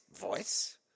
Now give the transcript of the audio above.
voice